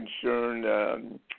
concerned